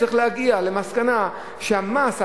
צריך להגיע למסקנה שהמס,